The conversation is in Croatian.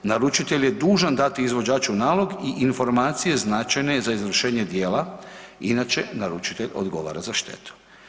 Naručitelj je dužan dati izvođaču nalog i informacije značajne za izvršenje djela inače naručitelj odgovara za štetu.